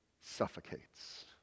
suffocates